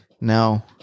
No